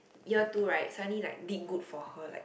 year two right suddenly like did good for her like